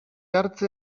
hartze